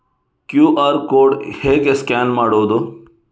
QR code ಹೇಗೆ scan ಮಾಡುವುದು?